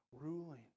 Ruling